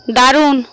দারুন